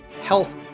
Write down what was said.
Health